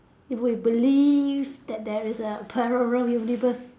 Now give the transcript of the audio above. if we believe that there is a parallel universe